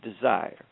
desire